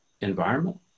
environment